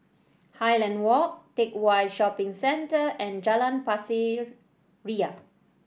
Highland Walk Teck Whye Shopping Centre and Jalan Pasir Ria